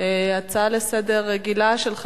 הצעה רגילה לסדר-היום מס' 5704,